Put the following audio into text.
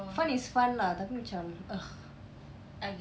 fun is fun lah tapi macam ugh